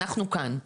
אנחנו כאן,